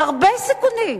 הרבה סיכונים.